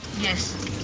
Yes